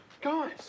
guys